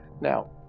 Now